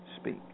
speak